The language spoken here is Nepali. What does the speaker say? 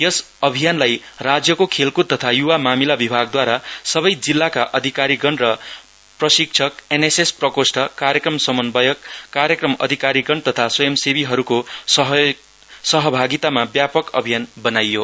यस अभियानलाई राज्यको खेलक्द तथा य्वा मामिला विभागद्वारा सबै जिल्लाका अधिकारीगण र प्रशिक्षक एनएसएस प्रकोष्ठ कार्यक्रम समन्वयक कार्यक्रम अधिकारीगण तथा स्वयंसेवीहरूको सहभागितामा व्यापक अभियान बनाइयो